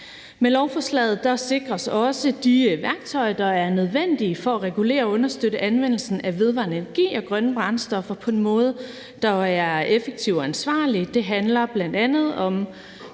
Med lovforslaget sikres også de værktøjer, der er nødvendige for at regulere og understøtte anvendelsen af vedvarende energi og grønne brændstoffer på en måde, der er effektiv og ansvarlig. Det handler bl.a. om